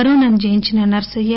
కరోనాను జయించిన నర్పయ్య